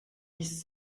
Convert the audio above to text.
dix